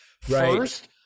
first